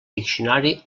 diccionari